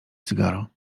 cygaro